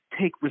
take